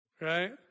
right